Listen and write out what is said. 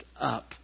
up